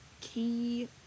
key